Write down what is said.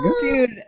dude